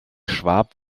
schwab